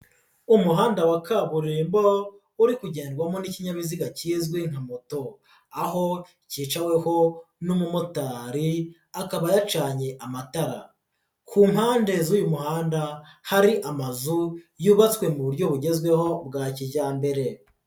Umuhanda wa kaburimbo uri kugendrwamo n'ikinyabiziga kizwi nka moto aho kicaweho n'umumotari akaba yacanye amatara ku mpande z'uyu muhanda hari amazu yubatswe mu buryo bugezweho bwa kijyambere.